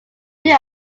new